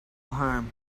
harm